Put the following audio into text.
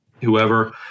whoever